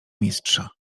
mistrza